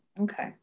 Okay